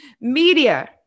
Media